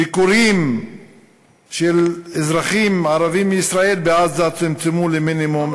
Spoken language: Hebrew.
וביקורים של אזרחים ערבים מישראל בעזה צומצמו למינימום,